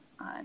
on